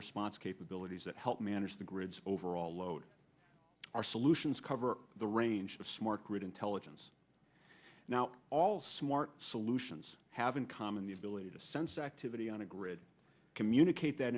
response capabilities that help manage the grids overall load our solutions cover the range of smart grid intelligence now all smart solutions have in common the ability to sense activity on a grid communicate that